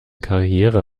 karriere